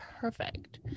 perfect